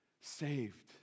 saved